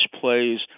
plays